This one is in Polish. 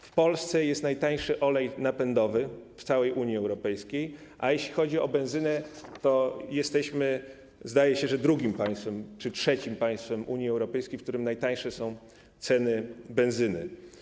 W Polsce jest najtańszy olej napędowy w całej Unii Europejskiej, a jeśli chodzi o benzynę, to jesteśmy, zdaje się, drugim czy trzecim państwem Unii Europejskiej, w którym są najniższe ceny benzyny.